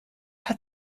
hat